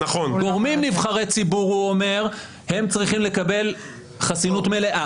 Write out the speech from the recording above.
הוא אומר שגורמים נבחרי ציבור צריכים לקבל חסינות מלאה,